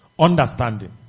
Understanding